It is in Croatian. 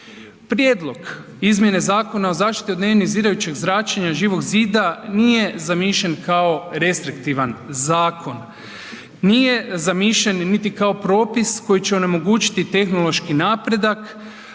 Prijedlog izmjene Zakona o zaštiti od neionizirajućeg zračenja Živog zida nije zamišljen kao restrektivan zakon, nije zamišljen niti kao propis koji će onemogućiti tehnološki napredak,